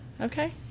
Okay